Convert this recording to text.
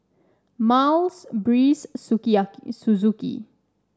Miles Breeze Suzuki